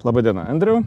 laba diena andriau